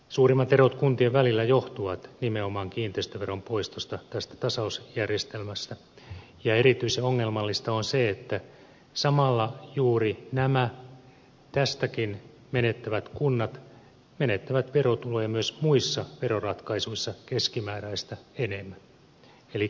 suurimmat erot kuntien välillä johtuvat nimenomaan kiinteistöveron poistosta tästä tasausjärjestelmästä ja erityisen ongelmallista on se että samalla juuri nämä tästäkin menettävät kunnat menettävät verotuloja myös muissa veroratkaisuissa keskimääräistä enemmän eli köyhät köyhtyvät